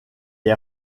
est